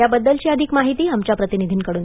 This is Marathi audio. त्याबद्दलची अधिक माहिती आमच्या प्रतिनिधीकडून